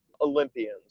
Olympians